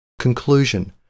Conclusion